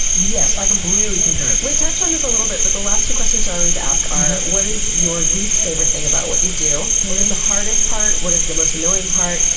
i completely concur. we touched on this a little bit, but the last two questions i always ask are what is your least favorite thing about what you do? what is the hardest part? what is the most annoying part?